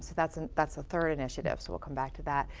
so that's and that's a third initiative. so, we'll come back to that.